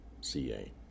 CA